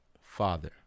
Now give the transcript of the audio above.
father